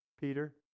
Peter